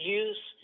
use